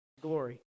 glory